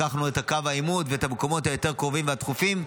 לקחנו את קו העימות ואת המקומות היותר קרובים והדחופים,